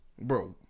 Bro